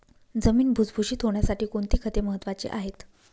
जमीन भुसभुशीत होण्यासाठी कोणती खते महत्वाची आहेत?